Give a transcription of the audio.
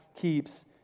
keeps